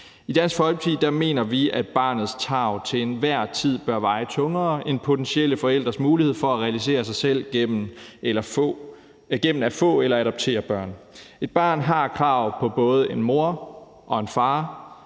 I Dansk Folkeparti mener vi, at barnets tarv til enhver tid bør veje tungere end potentielle forældres mulighed for at realisere sig selv gennem at få eller adoptere børn. Et barn har krav på både en mor og en far,